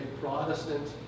Protestant